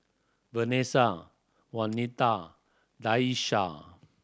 Vanesa Waneta Daisha